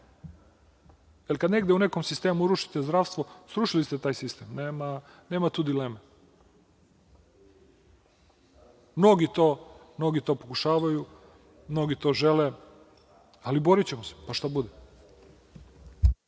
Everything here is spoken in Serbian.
jer kad negde u nekom sistemu urušite zdravstvo srušili ste taj sistem, nema tu dileme. Mnogi to pokušavaju. mnogi to žele, ali borićemo se, pa šta bude.